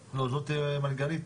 5% מאוכלוסיית